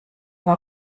war